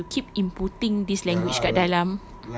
so they have to keep inputing this language kat dalam